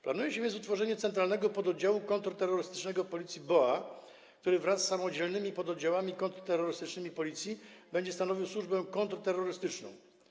Planuje się więc utworzenie Centralnego Pododdziału Kontrterrorystycznego Policji BOA, który wraz z samodzielnymi pododdziałami kontrterrorystycznymi Policji będzie stanowił służbę kontrterrorystyczną.